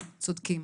צודקים.